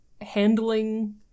handling